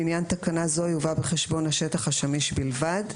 לעניין תקנה זו יובא בחשבון השטח השמיש בלבד.